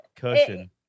cushion